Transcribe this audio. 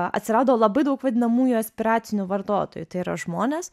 atsirado labai daug vadinamųjų aspiracinių vartotojų tai yra žmonės